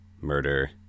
murder